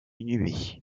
inhumée